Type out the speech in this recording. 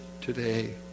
today